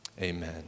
amen